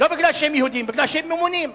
לא בגלל שהם יהודים, אלא בגלל שהם ממונים.